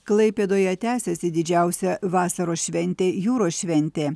klaipėdoje tęsiasi didžiausia vasaros šventė jūros šventė